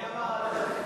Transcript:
מי אמר עליך כיפונת?